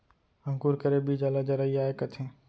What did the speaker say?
अंकुर करे बीजा ल जरई आए कथें